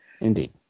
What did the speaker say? Indeed